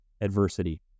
adversity